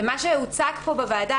ומה שהוצג פה בוועדה,